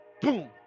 boom